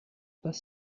pas